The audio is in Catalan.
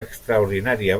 extraordinària